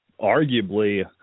arguably